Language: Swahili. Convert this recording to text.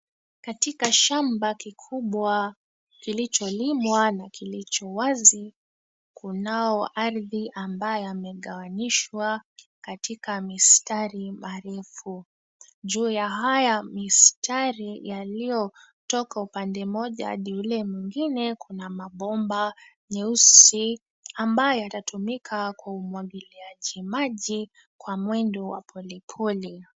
Katika shamba kikubwa kilicholimwa na kilicho wazi, kunao ardhi ambayo yamegawanywisha katika mistari marefu. Juu ya haya mistari yaliyotoka upande mmoja hadi ule mwingine kuna mabomba nyeusi ambayo yatatumika kwa umwagiliaji maji kwa mwendo wa polepole.